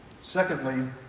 Secondly